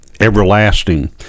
everlasting